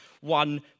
one